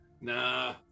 Nah